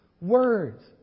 words